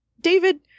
David